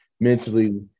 mentally